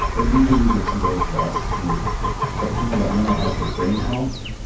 so i do believe it's a way for us to start thinking about mental health as brain health,